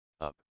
up